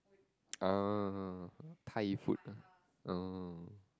orh Thai food ah